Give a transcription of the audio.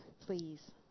please